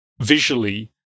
visually